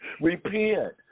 Repent